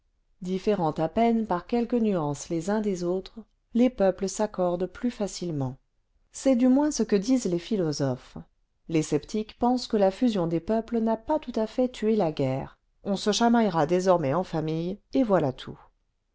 différant à peine jsar quelques nuances les uns des autres les peuples s'accordent plus facilement c'est du moins ce que disent les philosophes les sceptiques pensent que la fusion des jieuples n'a pas tout à fait tué la guerre on se chamaillera désormais en famille et voilà tout